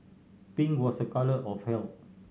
pink was a colour of health